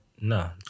No